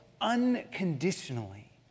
unconditionally